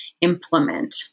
implement